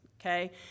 okay